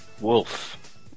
Wolf